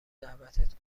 دعوتت